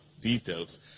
details